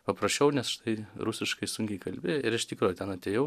paprasčiau nes štai rusiškai sunkiai kalbi ir iš tikro ten atėjau